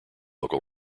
local